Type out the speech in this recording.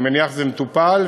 אני מניח שזה מטופל,